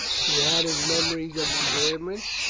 he had his memories of endearments,